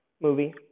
movie